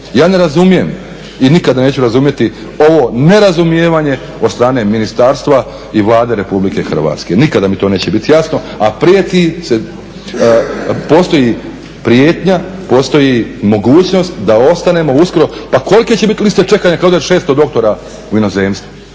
Ja ne razumijem i nikada neću razumjeti ovo nerazumijevanje od strane ministarstva i Vlade Republike Hrvatske, nikada mi to neće biti jasno, a prijeti se, postoji prijetnja, postoji mogućnost da ostanemo uskoro, pa kolike će biti liste čekanja ako od 600 doktora u inozemstvo,